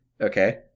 Okay